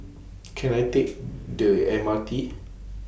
Can I Take The M R T